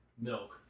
milk